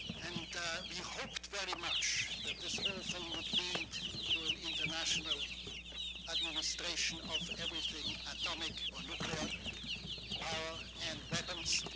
and we hoped very much that this whole thing would lead to an international administration of every thing atomic or nuclear power in and weapons.